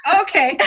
okay